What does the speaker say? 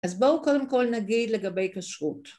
‫אז בואו קודם כול נגיד לגבי כשרות.